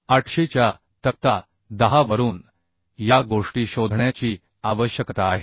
800 च्या तक्ता 10 वरून या गोष्टी शोधण्याची आवश्यकता आहे